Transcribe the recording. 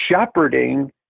shepherding